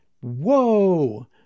whoa